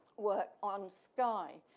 work on skye.